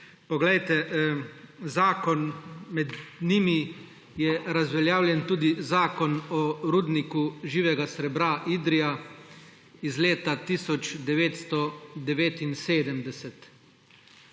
Med temi zakoni je razveljavljen tudi zakon o rudniku živega srebra Idrija iz leta 1979.